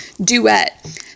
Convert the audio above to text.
Duet